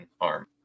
arm